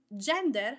gender